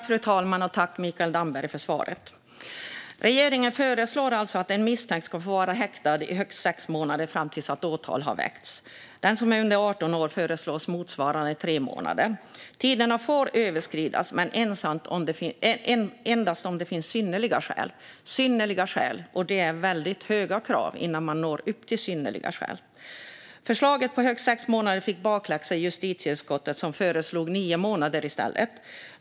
Fru talman! Tack, Mikael Damberg, för svaret! Regeringen föreslår att en misstänkt ska få vara häktad i längst sex månader fram till dess att åtal har väckts. För den som är under 18 år föreslås motsvarande tre månader. Tiderna får överskridas men endast om det finns synnerliga skäl. Det är väldigt höga krav innan man når upp till synnerliga skäl. Förslaget om högst sex månader fick bakläxa i justitieutskottet, som i stället föreslog nio månader.